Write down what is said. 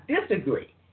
disagree